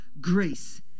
grace